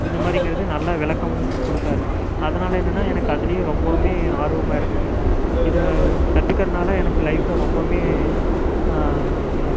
இந்த மாதிரிங்கிறது நல்லா விளக்கமும் கொடுத்தாரு அதனால் என்னென்னா எனக்கு அதுலேயே ரொம்பவுமே ஆர்வமாக இருந்தது இதை கத்துக்கிறனால் எனக்கு லைஃப்பில் ரொம்பவுமே